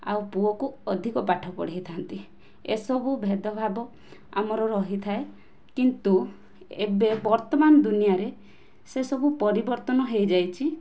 ଆଉ ପୁଅକୁ ଅଧିକ ପାଠ ପଢ଼ାଇଥାନ୍ତି ଏସବୁ ଭେଦ ଭାବ ଆମର ରହିଥାଏ କିନ୍ତୁ ଏବେ ବର୍ତ୍ତମାନ ଦୁନିଆଁରେ ସେ ସବୁ ପରିବର୍ତ୍ତନ ହୋଇଯାଇଛି